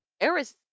Eris